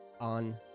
on